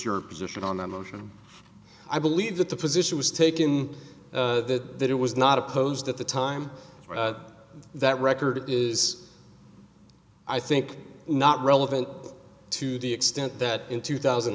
your position on that motion i believe that the position was taken that it was not opposed at the time that record is i think not relevant to the extent that in two thousand